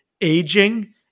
aging